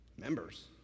members